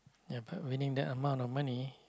ya but winning that amount of money